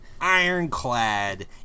ironclad